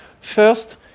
First